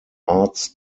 arts